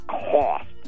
cost